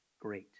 Great